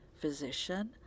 physician